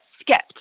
skipped